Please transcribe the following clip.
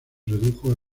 redujo